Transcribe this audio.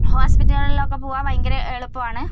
ഹോസ്പിറ്റലുകളിലൊക്കെ പോകാൻ ഭയങ്കര എളുപ്പമാണ്